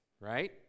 Right